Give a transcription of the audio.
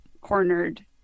cornered